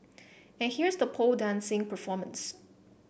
and here's the pole dancing performance